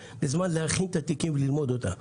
להכין את התיקים וללמוד אותם.